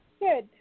Good